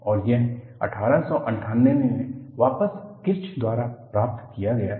और यह 1898 में वापस किर्च द्वारा प्राप्त किया गया था